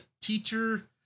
teacher